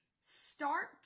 start